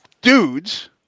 dudes